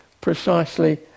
precisely